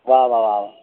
वाह वाह वाह वाह